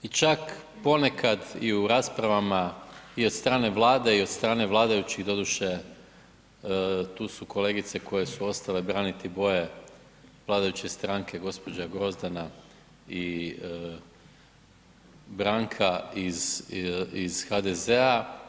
I čak ponekad i u rasprava i od strane Vlade i od strane vladajućih, doduše tu su kolegice koje su ostale braniti boje vladajuće stranke, gđa. Grozdana i Branka iz HDZ-a.